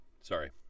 Sorry